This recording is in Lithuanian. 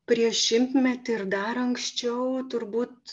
prieš šimtmetį ir dar anksčiau turbūt